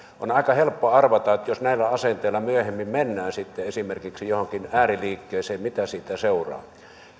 on aika helppo arvata että jos näillä asenteilla myöhemmin mennään sitten esimerkiksi johonkin ääriliikkeeseen niin mitä siitä seuraa